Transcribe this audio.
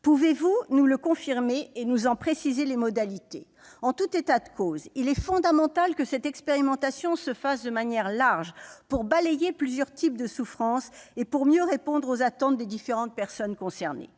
pouvez-vous nous le confirmer et nous en préciser les modalités ? En tout état de cause, il est fondamental que ces expérimentations soient larges, afin de prendre en considération plusieurs types de souffrance et de mieux répondre aux attentes des différentes personnes concernées.